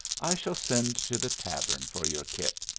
i shall send to the tavern for your kit.